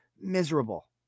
Miserable